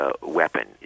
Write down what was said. weapon